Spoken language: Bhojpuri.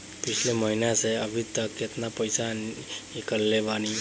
पिछला महीना से अभीतक केतना पैसा ईकलले बानी?